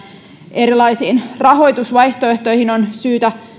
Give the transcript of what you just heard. erilaisiin rahoitusvaihtoehtoihin on syytä